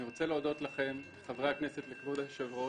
אני רוצה להודות לכם חברי הכנסת והיושב-ראש,